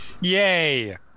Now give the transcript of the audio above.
Yay